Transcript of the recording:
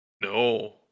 No